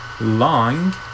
long